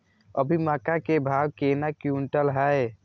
अभी मक्का के भाव केना क्विंटल हय?